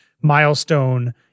milestone